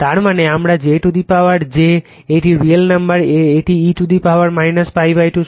তার মানে আমার j to the power j একটি রিয়েল নম্বর এটি e টু দা পাওয়ার π 2